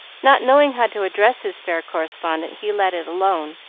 not knowing how to address his fair correspondent he let it alone,